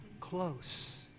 close